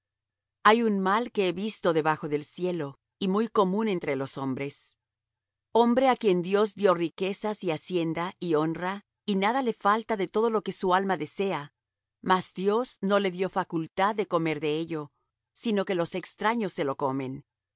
hay un mal que he visto debajo del cielo y muy común entre los hombres hombre á quien dios dió riquezas y hacienda y honra y nada le falta de todo lo que su alma desea mas dios no le dió facultad de comer de ello sino que los extraños se lo comen